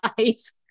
eyes